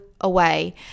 Away